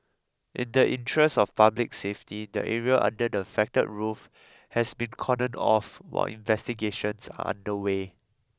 in the interest of public safety the area under the affected roof has been cordoned off while investigations are underway